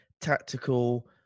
tactical